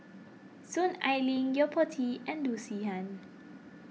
Soon Ai Ling Yo Po Tee and Loo Zihan